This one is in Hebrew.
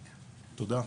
תודה.